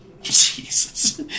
Jesus